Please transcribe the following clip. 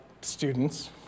students